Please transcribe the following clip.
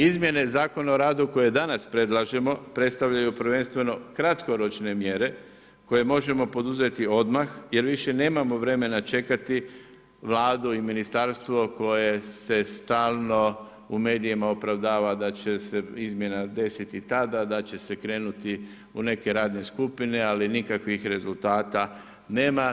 Izmjene Zakona o radu koje danas predlažemo predstavljaju prvenstveno kratkoročne mjere koje možemo poduzeti odmah jer više nemamo vremena čekati Vladu i ministarstvo koje se stalno u medijima opravdava da će se izmjena desiti tada, da će se krenuti u neke radne skupine, ali nikakvih rezultata nema.